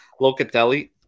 Locatelli